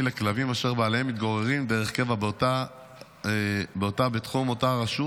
לכלבים אשר בעליהם מתגוררים דרך קבע בתחום אותה רשות.